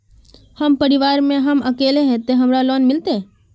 हम परिवार में हम अकेले है ते हमरा लोन मिलते?